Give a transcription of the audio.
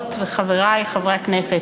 חברות וחברי הכנסת,